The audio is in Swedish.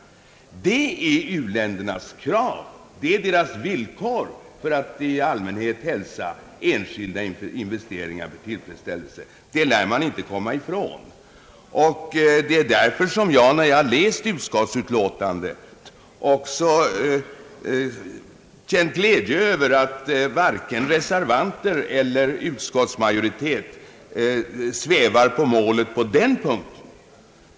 Det är i allmänhet deras krav och villkor för att hälsa enskilda investeringar med tillfredsställelse. Det lär man inte komma ifrån. Därför har jag också när jag läst utskottsutlåtandet känt glädje över att varken reservanter eller utskottsmajoritet svävar på målet på den punkten.